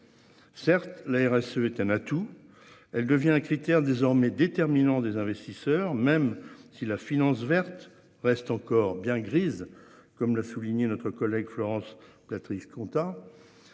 Certes la RSE, est un atout. Elle devient un critère désormais déterminant des investisseurs, même si la finance verte restent encore bien grise comme l'a souligné, notre collègue Florence Patrice content